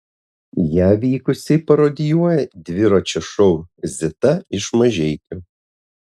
ją vykusiai parodijuoja dviračio šou zita iš mažeikių